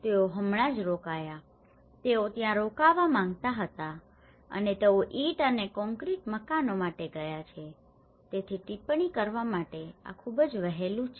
તેઓ હમણાં જ રોકાયા તેઓ ત્યાં રોકાવા માંગતા હતા અને તેઓ ઇંટ અને કોન્ક્રીટ મકાનો માટે ગયા છે તેથી ટિપ્પણી કરવા માટે આ ખૂબ જ વહેલું છે